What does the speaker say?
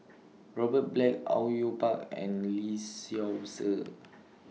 Robert Black Au Yue Pak and Lee Seow Ser